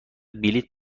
بلیت